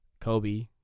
Kobe